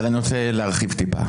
אבל אני רוצה להרחיב קצת.